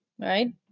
right